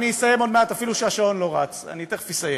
אסיים עוד מעט, אפילו שהשעון לא רץ, תכף אסיים.